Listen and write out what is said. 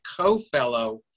co-fellow